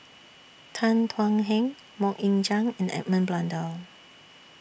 Tan Thuan Heng Mok Ying Jang and Edmund Blundell